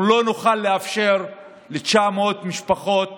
אנחנו לא נוכל לאפשר ל-900 משפחות